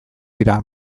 dira